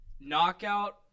knockout